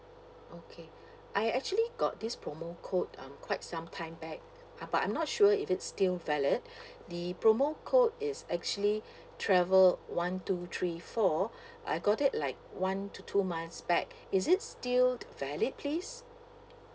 okay I actually got this promo code um quite some time back uh but I'm not sure if it's still valid the promo code is actually travel one two three four I got it like one to two months back is it still valid please